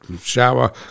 shower